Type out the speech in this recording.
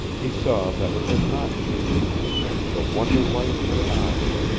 he saw that which had not changed the wonder-light in her eyes,